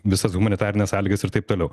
visas humanitarines sąlygas ir taip toliau